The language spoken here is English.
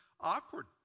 awkward